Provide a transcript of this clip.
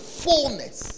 fullness